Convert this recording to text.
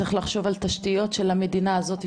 צריך לחשוב על תשתיות של המדינה הזאתי,